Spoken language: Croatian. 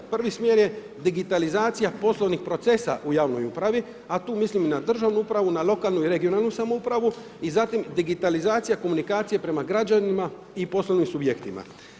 Prvi smjer je digitalizacija poslovnih procesa u javnoj upravi, a tu mislim i na državnu upravu, na lokalnu i regionalnu samoupravu i zatim digitalizacija komunikacije prema građanima i poslovnim subjektima.